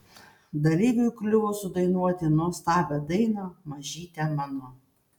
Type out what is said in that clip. dalyviui kliuvo sudainuoti nuostabią dainą mažyte mano